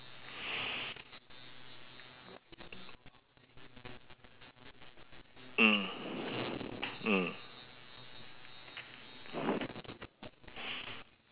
mm mm